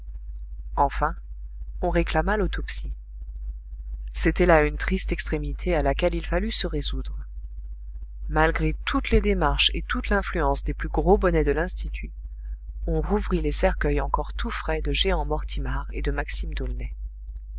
enfin on réclama l'autopsie c'était là une triste extrémité à laquelle il fallut se résoudre malgré toutes les démarches et toute l'influence des plus gros bonnets de l'institut on rouvrit les cercueils encore tout frais de jehan mortimar et de maxime